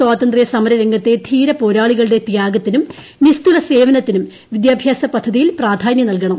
സ്വാതന്ത്ര്യ സമര രംഗത്തെ ധീരപോരാളികളുടെ ത്യാഗത്തിനും നിസ്തുല സേവനത്തിനും വിദ്യാഭ്യാസ പദ്ധതിയിൽ പ്രാധാന്യം നൽകണം